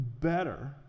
better